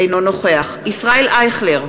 אינו נוכח ישראל אייכלר,